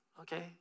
okay